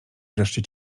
wreszcie